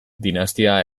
dinastia